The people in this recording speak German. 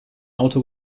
auto